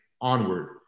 onward